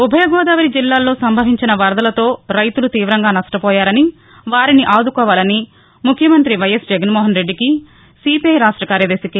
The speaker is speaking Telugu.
ఉభయ గోదావరి జిల్లాల్లో సంభవించిన వరదలతో రైతులు తీవంగా నష్టపోయారని వారిని ఆదుకోవాలని ముఖ్యమంతి వైఎస్ జగన్మోహన్ రెడ్డికి సిపిఐ రాష్ట కార్యదర్భి కె